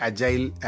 Agile